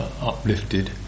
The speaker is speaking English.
uplifted